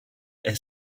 est